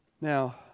Now